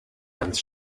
ganz